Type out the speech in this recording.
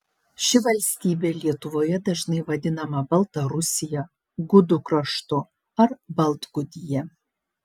ši valstybė lietuvoje dažnai vadinama baltarusija gudų kraštu ar baltgudija